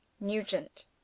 Nugent